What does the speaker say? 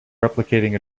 replicating